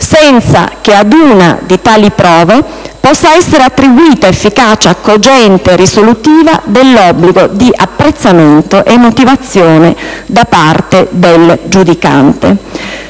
senza che ad una di tali prove possa essere attribuita efficacia cogente e risolutiva dell'obbligo di apprezzamento e motivazione da parte del giudicante.